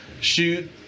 shoot